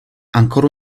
ancora